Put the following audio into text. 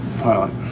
Pilot